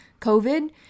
covid